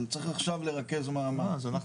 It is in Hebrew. אבל צריך עכשיו לרכז מאמץ.